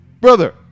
brother